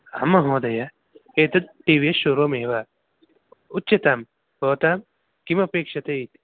आम महोदय एतत् टि वि एस् शोरूम् एव उच्यताम् भवता किमपेक्षते इति